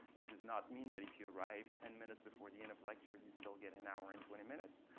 it does not mean that if you arrive ten minutes before the end of lecture, you still get an hour and twenty minutes.